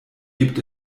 gibt